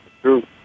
true